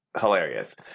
hilarious